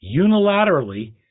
unilaterally